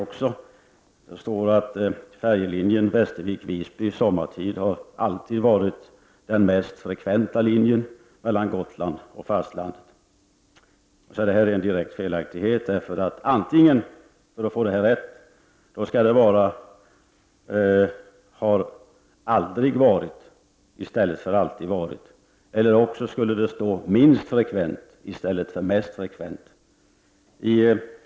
Det står: ”Färjelinjen Västervik — Visby sommartid har alltid varit den mest frekventa linjen mellan Gotland och fastlandet.” Det här är en direkt felaktighet. För att det skall bli rätt skall det stå ”har aldrig varit” i stället för ”har alltid varit”, eller också skulle det stå ”minst frekventa” i stället för ”mest frekventa”.